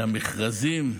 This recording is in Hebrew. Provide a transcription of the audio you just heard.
שהמכרזים,